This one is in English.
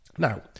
Now